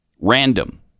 random